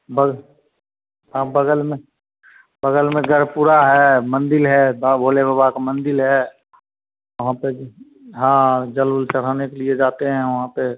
बल हाँ बगल में बगल में गढ़पुरा है मंदिर है बाबा भोले बाबा का मंदिर है वहाँ पर हाँ जल उल चढ़ाने के लिए जाते हैं हम वहाँ पर